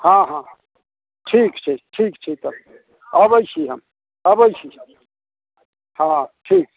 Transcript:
हँ हँ ठीक छै ठीक छै तऽ अबै छी हम अबै छी हँ ठीक